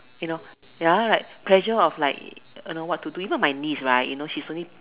you know another right pressure of like uh you know what to do even my niece right you know she's only